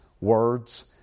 words